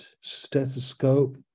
stethoscope